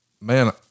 man